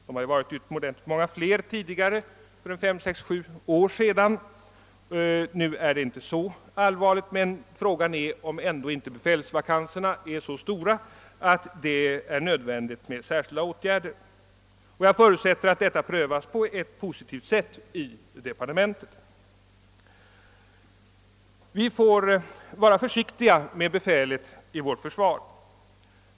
För sex sju år sedan var dessa många fler; nu är läget inte fullt så allvarligt, men frågan är dock om inte befälsvakanserna är så stora att särskilda åtgärder måste vidtas. Jag förutsätter att den frågan prövas positivt i departementet. Vi får vara försiktiga med befälet i vårt försvar.